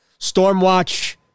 Stormwatch